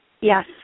Yes